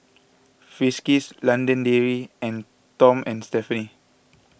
Friskies London Dairy and Tom and Stephanie